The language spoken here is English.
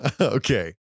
Okay